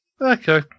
Okay